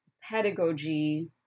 pedagogy